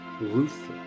ruthless